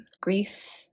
grief